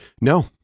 No